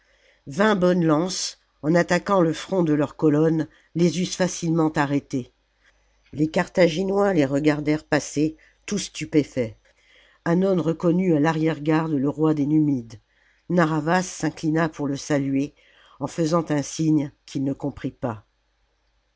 vingt bonnes lances en attaquant le front de leur colonne les eussent facilement arrêtés les carthaginois les regardèrent passer tout stupéfaits hannon reconnut à l'arrièregarde le roi des numides narr'havas s'inclina pour le saluer en faisant un signe qu'il ne comprit pas